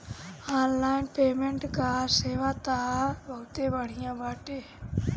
online payment कअ सेवा तअ बहुते बढ़िया बाटे